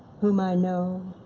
whom i know.